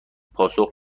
پاسخ